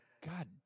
god